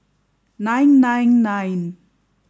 nine nine nine